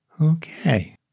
Okay